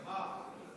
במה?